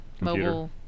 mobile